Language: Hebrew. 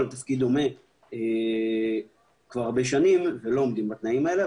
תפקיד דומה כבר הרבה שנים ולא עומדים בתנאים האלה,